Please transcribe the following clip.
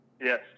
yes